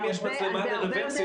אם יש מצלמה של רוורסים,